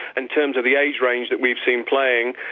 and terms of the age range that we've seen playing,